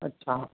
अच्छा